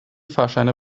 fahrscheine